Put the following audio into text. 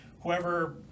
Whoever